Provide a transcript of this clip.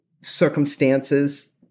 circumstances